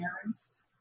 parents